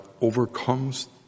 overcomes